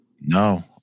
No